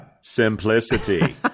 simplicity